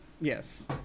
yes